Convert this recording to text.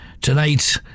Tonight